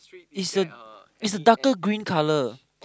is a is a darker green colour